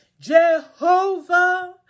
Jehovah